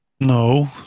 No